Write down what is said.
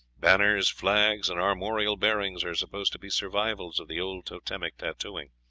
banners, flags, and armorial bearings are supposed to be survivals of the old totemic tattooing.